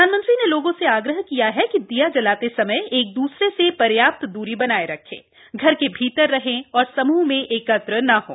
प्रधानमंत्री ने लोगों से आग्रह किया कि दीया जलाते समय एक द्रसरे से पर्याप्त द्री बनाए रखें घर के भीतर रहें और समूह में एकत्र न हों